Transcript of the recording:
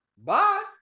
bye